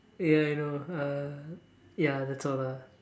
ya I know uh ya that's all lah